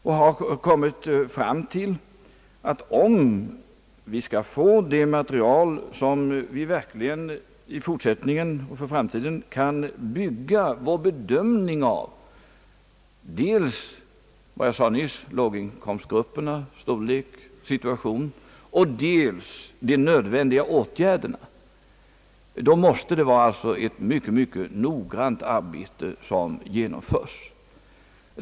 Vi har kommit fram till att om vi skall få det material, som vi verkligen i framtiden kan bygga vår bedömning på, dels med tanke på vad jag nyss sade beträffande låginkomstgrupperna, deras storlek och situation och dels med tanke på de nödvändiga åt gärderna, måste det vara ett mycket, mycket noggrant arbete som utföres.